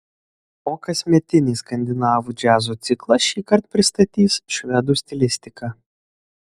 o kasmetinį skandinavų džiazo ciklą šįkart pristatys švedų stilistika